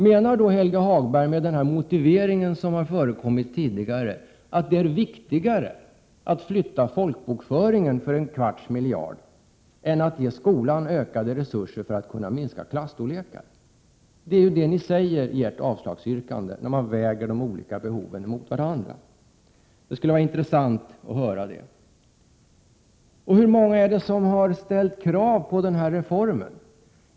Menar då Helge Hagberg med den motivering som har förekommit tidigare att det är viktigare att flytta folkbokföringen för en kvarts miljard än att ge skolan ökade resurser för att kunna minska klasstorlekarna? Det är ju det ni säger i ert avslagsyrkande när ni väger de olika behoven mot varandra. Det skulle vara intressant att få svar på detta. Hur många är det som har ställt krav på reformen?